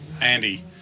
Andy